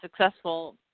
successful